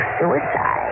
suicide